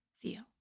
feel